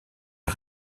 les